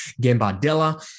Gambardella